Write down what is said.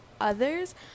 others